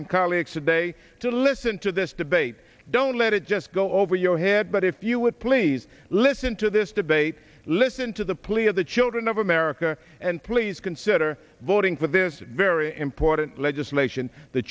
and colleagues today to listen to this debate don't let it just go over your head but if you would please listen to this debate listen to the plea of the children of america and please consider voting for this very important legislation the